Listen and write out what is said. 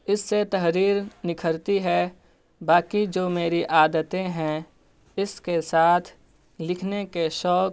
اس سے تحریر نکھرتی ہے باقی جو میری عادتیں ہیں اس کے ساتھ لکھنے کے شوق